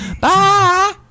Bye